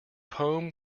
poem